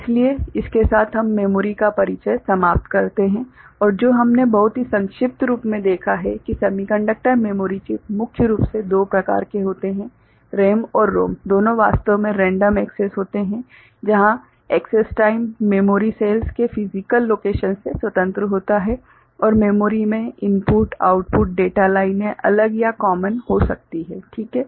इसलिए इसके साथ हम मेमोरी का परिचय समाप्त करते हैं और जो हमने बहुत ही संक्षिप्त रूप से देखा है कि सेमीकंडक्टर मेमोरी चिप मुख्य रूप से दो प्रकार के होते हैं RAM और ROM दोनों वास्तव में रैंडम एक्सेस होते हैं जहाँ एक्सेस टाइम मेमोरी सेल्स के फिसिकल लोकेशन से स्वतंत्र होता है और मेमोरी में इनपुट आउटफुट डेटा लाइनें अलग या कॉमन हो सकती हैं ठीक है